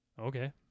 Okay